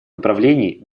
направлений